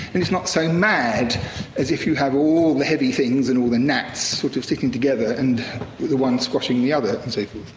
and it's not so mad as if you have all the heavy things, and all the gnats sort of sticking together, and the one squashing the other, and so